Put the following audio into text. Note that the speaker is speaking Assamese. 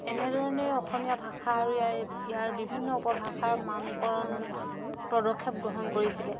এনেধৰণে অসমীয়া ভাষা আৰু ইয়াৰ ইয়াৰ বিভিন্ন উপভাষাৰ মানকৰণ পদক্ষেপ গ্ৰহণ কৰিছিলে